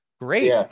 great